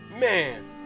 Man